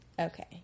Okay